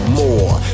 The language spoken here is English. more